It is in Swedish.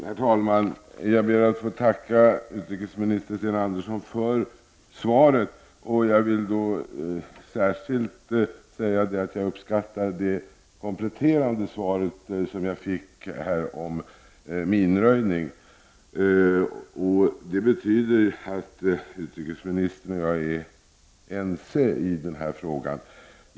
Herr talman! Jag ber att få tacka utrikesminister Sten Andersson för svaret, och jag vill särskilt säga att jag uppskattar det kompletterande svar som jag fick om minröjningen. Det betyder att utrikesministern och jag är ense i den frågan.